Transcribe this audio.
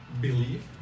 belief